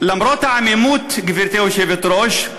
למרות העמימות, גברתי היושבת-ראש,